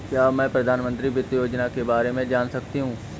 क्या मैं प्रधानमंत्री वित्त योजना के बारे में जान सकती हूँ?